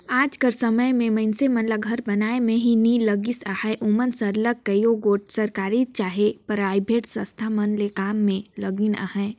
आएज कर समे में मइनसे मन घर बनई में ही नी लगिन अहें ओमन सरलग कइयो गोट सरकारी चहे पराइबेट संस्था मन में काम में लगिन अहें